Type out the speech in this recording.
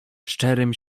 szczerym